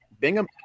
Bingham